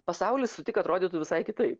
pasaulis tik atrodytų visai kitaip